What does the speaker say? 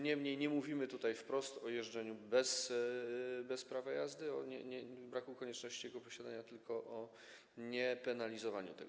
Niemniej nie mówimy tutaj wprost o jeżdżeniu bez prawa jazdy, o braku konieczności jego posiadania, tylko o niepenalizowaniu tego.